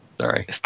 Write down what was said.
Sorry